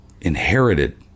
inherited